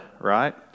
right